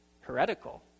heretical